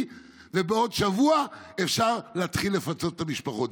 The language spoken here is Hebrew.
ובעוד שבוע אפשר להתחיל לפצות את המשפחות.